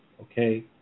okay